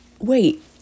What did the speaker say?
Wait